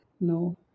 No